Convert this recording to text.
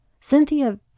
Cynthia